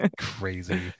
crazy